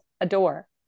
adore